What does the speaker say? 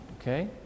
okay